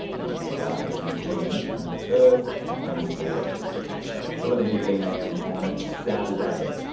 not in july, but in june, on the third and we'll call it eleven fifteen am on saturday.